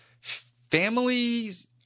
families